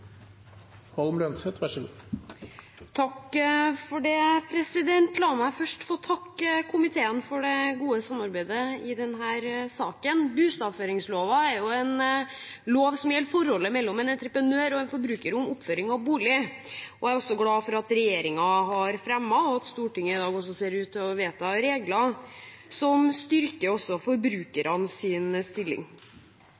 en lov som gjelder forholdet mellom en entreprenør og en forbruker om oppføring av bolig, og jeg er også glad for at regjeringen har fremmet – og at Stortinget i dag ser ut til å vedta – regler som styrker